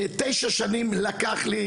תשע שנים לקח לי,